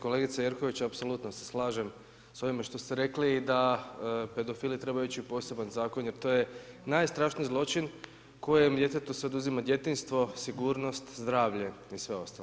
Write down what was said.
Kolegice Jerković, apsolutno se slažem s ovime što ste rekli, da pedofili trebaju ići u poseban zakon, jer to je najstrašniji zločin kojem djetetu se oduzima djetinjstvo, sigurnost, zdravlje i sve ostalo.